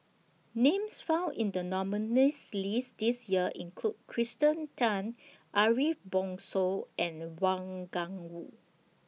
Names found in The nominees' list This Year include Kirsten Tan Ariff Bongso and Wang Gungwu